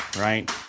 right